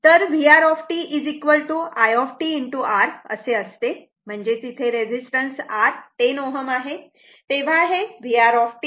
तर VR i R असे असते म्हणजेच इथे रेझिस्टन्स R 10 Ω आहे तेव्हा हे VR 7